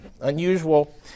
unusual